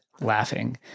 laughing